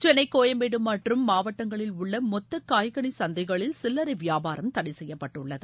சென்னை கோயம்பேடு மற்றும் மாவட்டங்களில் உள்ள மொத்த காய்கனி சந்தைகளில் சில்லரை வியாபாரம் தடை செய்யப்பட்டுள்ளது